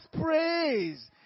praise